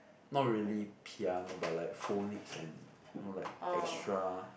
not really piano but like phonics and you know like extra